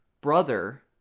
brother